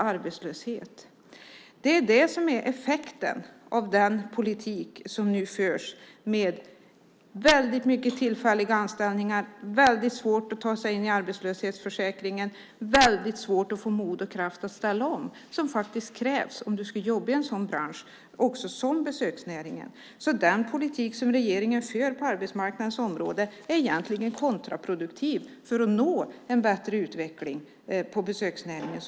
Arbetslöshet blir effekten av den politik som nu förs med många tillfälliga anställningar, svårigheter att ta sig in i arbetslöshetsförsäkringen, svårigheter att få mod och kraft att ställa om, något som krävs om man ska jobba i en sådan bransch som besöksnäringen. Den politik som regeringen för på arbetsmarknadens område är egentligen kontraproduktiv vad gäller att nå en bättre utveckling av besöksnäringen.